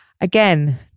again